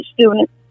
students